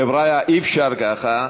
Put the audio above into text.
חבריא, אי-אפשר ככה.